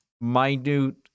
minute